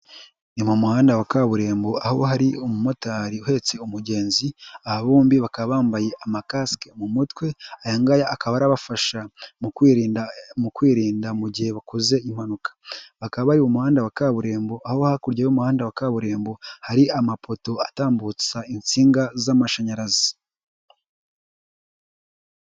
Ni mu muhanda wa kaburimbo aho hari umumotari uhetse umugenzi aba bombi bakaba bambaye amakasike mu mutwe ayangaya akaba ari abafasha mu kwirinda mu kwirinda mu gihe bakoze impanuka bakaba bari mu muhanda wa kaburimbo aho hakurya y'umuhanda wa kaburimbo hari amapoto atambutsa insinga z'amashanyarazi.